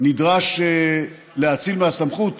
נדרש להאציל מהסמכות